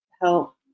help